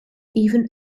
even